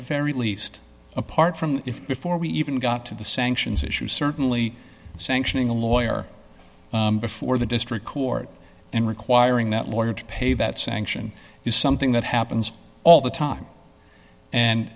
the very least apart from that if before we even got to the sanctions issue certainly sanctioning a lawyer before the district court and requiring that lawyer to pay that sanction is something that happens all the time and